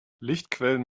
lichtquellen